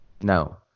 No